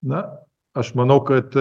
na aš manau kad